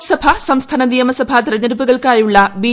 ലോക്സഭ സംസ്ഥാന നിയമസഭ തിരഞ്ഞെടുപ്പുകൾക്കായുള്ള ബി